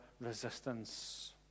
resistance